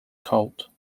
colt